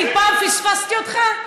אני פעם פספסתי אותך?